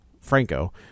Franco